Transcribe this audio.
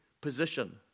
position